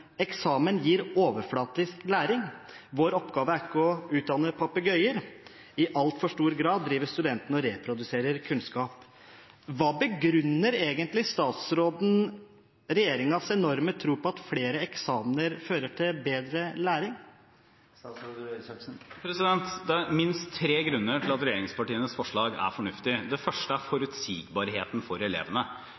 oppgave er ikkje å utdanne papegøyer. I altfor stor grad driv studentar med reproduksjon av kunnskap.» Hvordan begrunner egentlig statsråden regjeringens enorme tro på at flere eksamener fører til bedre læring? Det er minst tre grunner til at regjeringspartienes forslag er fornuftig. Den første er